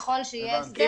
ככל שיהיה הסדר,